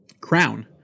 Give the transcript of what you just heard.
crown